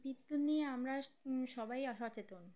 বিদ্যুৎ নিয়ে আমরা সবাই অসচেতন